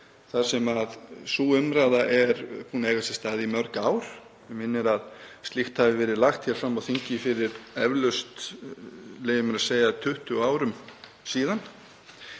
er að sú umræða er búin að eiga sér stað í mörg ár. Mig minnir að slíkt hafi verið lagt fram á þingi fyrir eflaust, leyfi ég mér að segja, 20 árum síðan.